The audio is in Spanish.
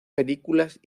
películas